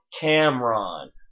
Cameron